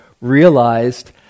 realized